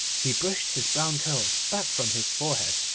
he brushed his brown curls back from his forehead,